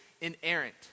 inerrant